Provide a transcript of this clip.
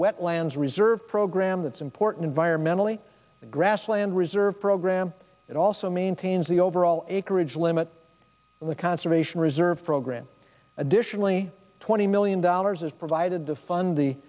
wetlands reserve program that's important veyron mentally grassland reserve program it also maintains the overall acreage limit of the conservation reserve program additionally twenty million dollars as provide the fund the